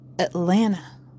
Atlanta